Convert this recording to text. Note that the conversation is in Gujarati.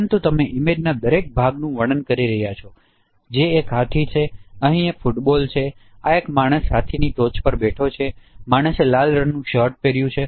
પરંતુ તમે ઇમેજના દરેક ભાગનું વર્ણન કરી રહ્યા છો જે એક હાથી છે અહી એક ફૂટબોલ છે આ એક માણસ હાથીની ટોચ પર બેઠો છે માણસે લાલ શર્ટ પહેર્યું છે